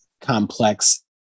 complex